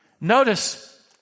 Notice